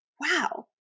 wow